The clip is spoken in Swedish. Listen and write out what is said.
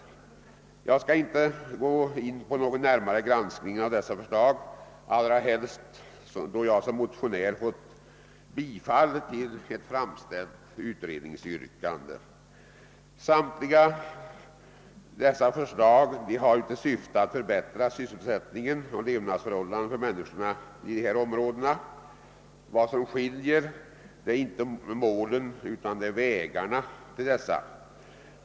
Jag skall ihte gå in på en närmare granskning av dessa förslag, allra helst som jag såsom motionär fått ett framställt utredningsyrkande tillstyrkt. Samtliga förslag har till syfte att förbättra sysselsättningen och levnadsförhållandena för människorna i dessa områden; vad som skiljer är inte målen utan medlen.